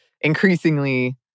increasingly